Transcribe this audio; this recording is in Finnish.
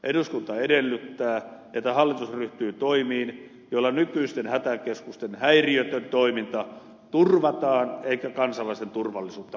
eduskunta edellyttää että hallitus ryhtyy toimiin joilla nykyisten hätäkeskusten häiriötön toiminta turvataan eikä kansalaisten turvallisuutta vaaranneta